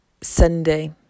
Sunday